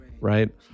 right